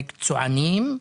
מקצוענים.